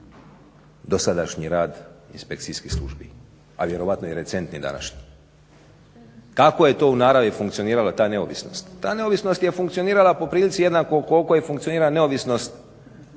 dosadašnji rad inspekcijskih službi, a vjerojatno i recentni današnji. Kako je to u naravi funkcionirala ta neovisnost? Ta neovisnost je funkcionirala poprilici jednako koliko funkcionira neovisnost